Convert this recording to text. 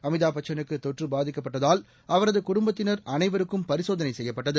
அமிதாப்பச்சனுக்கு தொற்று பாதிக்கப்பட்டதால் அவரது குடும்பத்தினர் அனைவருக்கும் பரிசோதனை செய்யப்பட்டது